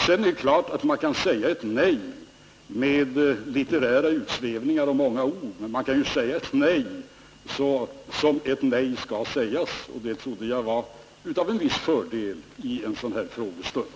Det är klart att man kan säga ett nej med litterära utsvävningar och många ord, men man kan också säga ett nej som det skall sägas, och jag trodde det var av en viss fördel att göra det i en sådan här frågestund.